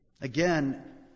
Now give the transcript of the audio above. Again